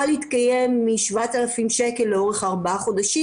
להתקיים מ-7,000 לאורך ארבעה חודשים.